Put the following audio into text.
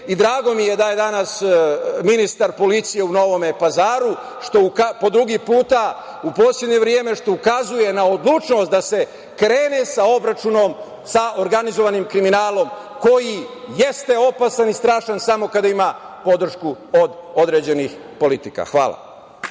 rezati. Drago mi je, danas ministar policije u Novom Pazaru, što je po drugi put u poslednje vreme, što to ukazuje na odlučnost da se krene sa obračunom sa organizovanim kriminalom koji jeste opasan i strašan samo kada ima podršku od određenih politika. Hvala